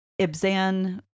ibzan